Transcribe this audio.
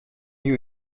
new